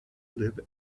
live